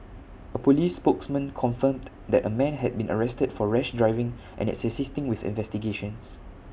A Police spokesman confirmed that A man has been arrested for rash driving and is assisting with investigations